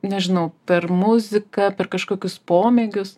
nežinau per muziką per kažkokius pomėgius